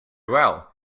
well